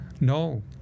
No